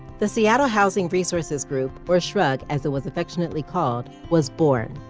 the seattle housing resources group or shrug, as it was affectionately called, was born.